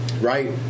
Right